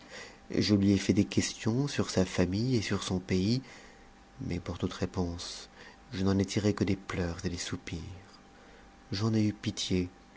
je lui ai fait des questions sur sa famille et sur son pays mais pour toute réponse je n'en ai tiré que des pleurs et des soupirs j'en ai eu pitié